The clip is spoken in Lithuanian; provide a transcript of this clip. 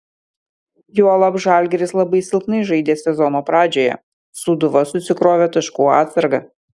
juolab žalgiris labai silpnai žaidė sezono pradžioje sūduva susikrovė taškų atsargą